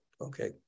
Okay